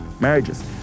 marriages